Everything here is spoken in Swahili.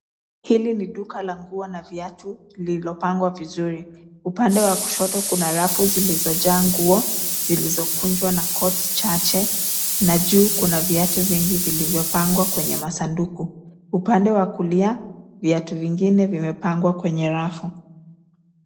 Hili ni duka la nguo na viatu lilopangwa vizuri. Upande wa kushoto kuna rafu zilizojaa nguo zilizokunjwa na koti chache na juu kuna viatu vingi vilivyopangwa kwenye masanduku. Upande wa kulia viatu vingine vimepangwa kwenye rafu.